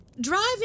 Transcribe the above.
Driving